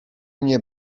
mnie